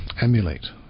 emulate